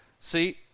See